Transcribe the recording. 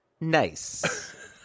nice